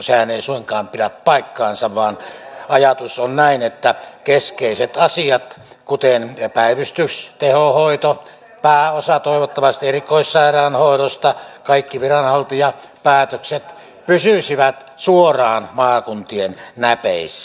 sehän ei suinkaan pidä paikkaansa vaan ajatus on näin että keskeiset asiat kuten päivystys tehohoito toivottavasti pääosa erikoissairaanhoidosta kaikki viranhaltijapäätökset pysyisivät suoraan maakuntien näpeissä